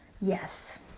Yes